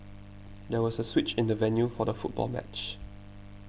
there was a switch in the venue for the football match